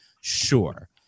Sure